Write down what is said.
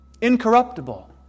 incorruptible